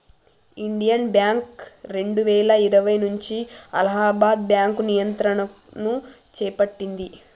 Indian bank రెండువేల ఇరవై నుంచి అలహాబాద్ బ్యాంకు నియంత్రణను చేపట్టింది